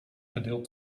gedeeld